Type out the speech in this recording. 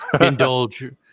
indulge